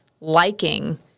liking